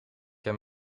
hem